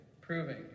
proving